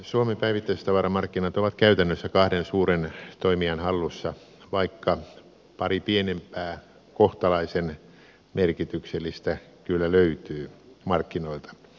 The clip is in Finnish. suomen päivittäistavaramarkkinat ovat käytännössä kahden suuren toimijan hallussa vaikka pari pienempää kohtalaisen merkityksellistä kyllä löytyy markkinoilta